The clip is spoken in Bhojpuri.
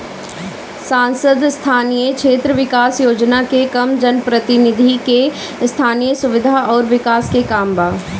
सांसद स्थानीय क्षेत्र विकास योजना के काम जनप्रतिनिधि के स्थनीय सुविधा अउर विकास के काम बा